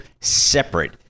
separate